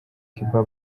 kiba